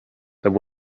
there